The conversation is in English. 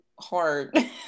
hard